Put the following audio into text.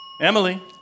Emily